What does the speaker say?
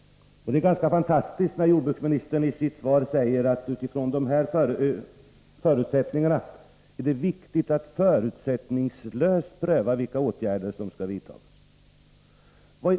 Det är ganska fantastiskt när jordbruksministern i sitt svar säger att det från dessa utgångspunkter är viktigt att förutsättningslöst pröva vilka åtgärder som skall vidtas.